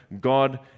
God